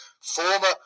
former